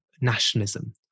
nationalism